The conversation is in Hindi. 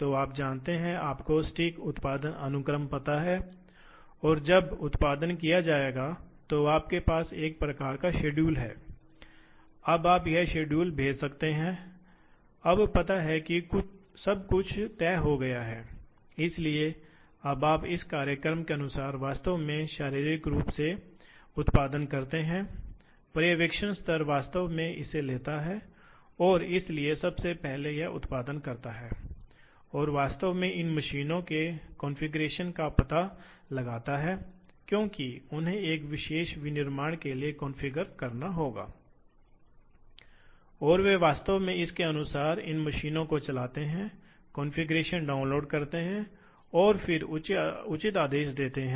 बेशक विभिन्न प्रकार के सहायक भाग होते हैं जैसे उदाहरण के लिए आप जानते हैं कि टूल वर्क पीस इंटरफ़ेस में बहुत अधिक गर्मी उत्पन्न होती है इसलिए वहां इसलिए शीतलक शीतलक को लागू करना पड़ता है तरल शीतलक को सीधे लागू करना पड़ता है टूल जॉब इंटरफ़ेस पर ताकि इंटरफ़ेस गर्म न हो क्योंकि यह मशीनिंग की गुणवत्ता को प्रभावित करेगा इसलिए एक शीतलक प्लस है इसमें सभी प्रकार की अन्य चीजें हैं जैसे आप स्वचालन के लिए जानते हैं पूरे स्वचालन सेटअप हैं जहां कोई व्यक्ति कार्यक्रम में प्रवेश कर सकता है वहां एक ऑपरेटर प्रदर्शन होता है वे सभी प्रकार के सुरक्षा तंत्र हैं इसलिए वे सहायक घटक हैं